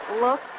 Look